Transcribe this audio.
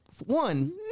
One